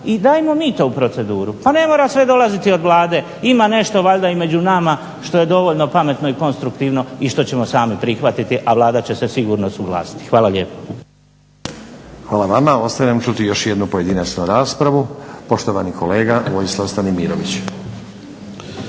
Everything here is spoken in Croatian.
i dajmo mi to u proceduru. Pa ne mora sve dolaziti od Vlade, ima nešto valjda i među nama što je dovoljno pametno i konstruktivno i što ćemo sami prihvatiti, a Vlada će se sigurno suglasiti. Hvala lijepo. **Stazić, Nenad (SDP)** Hvala vama. Ostaje nam čuti još jednu pojedinačnu raspravu. Poštovani kolega Vojislav Stanimirović.